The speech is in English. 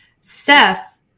Seth